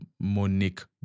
Monique